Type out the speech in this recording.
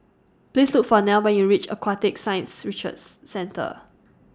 Please Look For Neil when YOU REACH Aquatic Science Research Centre